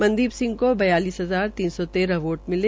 संदीप सिंह का बयालिस हजार तीन सौ तेरह वोट मिले